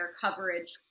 coverage